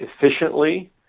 efficiently